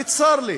צר לי